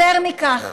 יותר מכך,